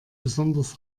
besonders